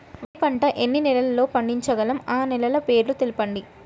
వరి పంట ఎన్ని నెలల్లో పండించగలం ఆ నెలల పేర్లను తెలుపండి?